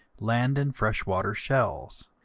land and fresh-water shells.